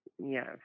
Yes